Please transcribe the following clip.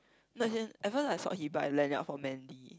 no as in at first I saw he buy a lanyard for Mandy